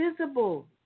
visible